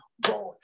God